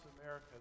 America